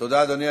תודה, אדוני.